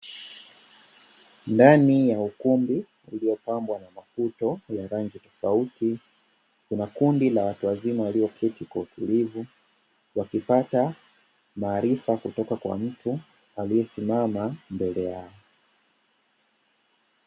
Ndani ya ukumbi uliopambwa na maputo ya rangi tofauti kuna kundi la watu wazima walioketi kwa utulivu wakipata maarifa kutoka kwa mtu aliyesimama mbele yao.